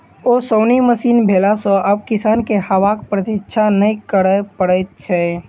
ओसौनी मशीन भेला सॅ आब किसान के हवाक प्रतिक्षा नै करय पड़ैत छै